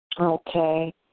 Okay